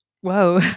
Whoa